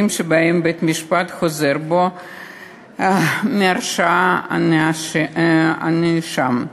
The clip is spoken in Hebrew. שבהם בית-המשפט חוזר בו מהרשעת הנאשם.